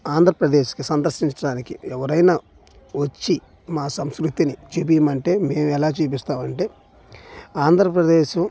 ఆంధ్రప్రదేశ్కి సందర్శించటానికి ఎవరైనా వచ్చి మా సంస్కృతిని చూపించమంటే మేము ఎలా చూపిస్తాము అంటే ఆంధ్రప్రదేశ్